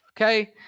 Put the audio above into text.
Okay